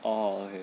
oh okay okay